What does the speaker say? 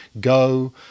Go